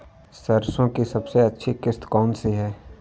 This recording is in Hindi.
सरसो की सबसे अच्छी किश्त कौन सी है?